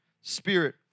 spirit